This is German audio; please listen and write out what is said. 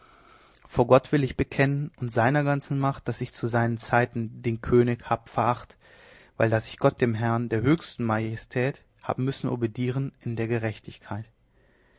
vor gott will ich bekennen und seiner ganzen macht daß ich zu seinen zeiten den könig hab veracht't weil daß ich gott dem herrn der höchsten majestät hab müssen obedieren in der gerechtigkeit